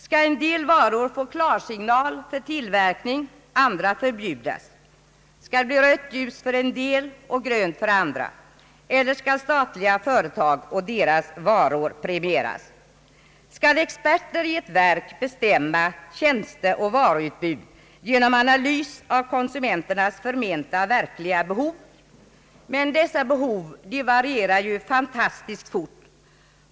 Skall en del varor få klarsignal för tillverkning, andra förbjudas? Skall det bli rött ljus för en del och grönt för andra? Eller skall statliga företag och deras varor premieras? Skall experter i ett verk bestämma tjänsteoch varuutbud genom analys av konsumenternas förmenta verkliga behov? Men dessa behov varierar ju fantastiskt fort!